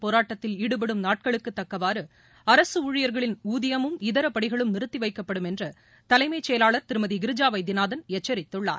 போராட்டத்தில் ஈடுபடும் நாட்களுக்கு தக்கவாறு அரசு ஊழியர்களின் ஊதியமும் இதர படிகளும் நிறுத்தி வைக்கப்படும் என்று தலைமைச் செயலாளர் திருமதி கிரிஜா வைத்தியநாதன் எச்சரித்துள்ளார்